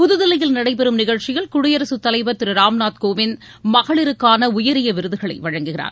புகுதில்லியில் நடைபெறம் நிகழ்ச்சியில் குடியரசு தலைவர் திரு ராம்நாத் கோவிந்த் மகளிருக்கான உயரிய விருதுகளை வழங்குகிறார்